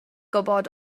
gwybod